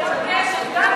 שיענה פעמיים,